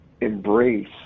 embrace